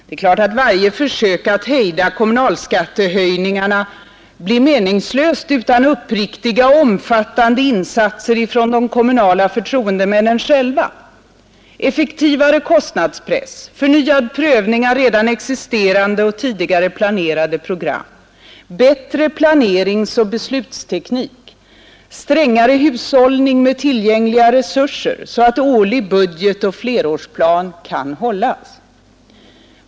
Det är klart att varje försök att hejda kommunalskattehöjningarna blir meningslöst utan uppriktiga och omfattande insatser från de kommunala förtroendemännen själva: effektivare kostnadspress, förnyad prövning av redan existerande och tidigare planerade program, bättre planeringsoch beslutsteknik, strängare hushållning med tillgängliga resurser, så att årlig budget och flerårsplan kan hållas.